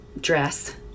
dress